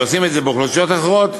שעושים את זה לאוכלוסיות אחרות,